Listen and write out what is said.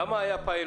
למה היה פיילוט?